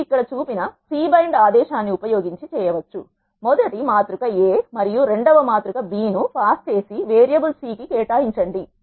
మీరు ఇక్కడ చూపిన సి బైండ్ ఆదేశాన్ని ఉపయోగించి చేయవచ్చు మొదటి మాతృక A మరియు రెండవ మాతృక B ను పాస్ చేసి వేరియబుల్ C కి కేటాయించండి